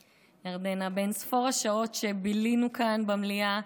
ירדנה, באין-ספור השעות שבילינו כאן במליאה,